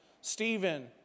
Stephen